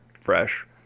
fresh